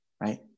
right